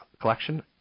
collection